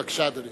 בבקשה, אדוני.